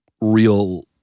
real